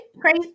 crazy